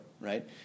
right